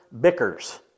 Bickers